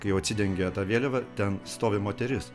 kai jau atsidengia ta vėliava ten stovi moteris